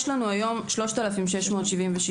יש לנו היום 3,677. זה